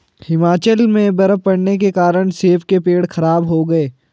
हिमाचल में बर्फ़ पड़ने के कारण सेब के पेड़ खराब हो गए